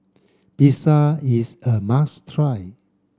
pizza is a must try